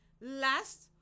Last